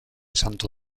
santo